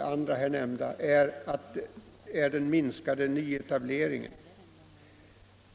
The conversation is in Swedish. andra nu nämnda, är den minskade nyetableringen.